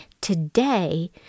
today